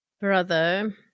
brother